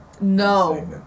No